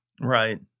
Right